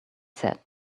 said